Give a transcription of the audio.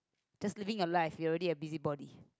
just living your life you're already a busybody